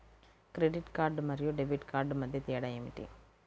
Credit card మరియు debit card మధ్య తేడా ఏమిటి?